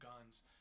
guns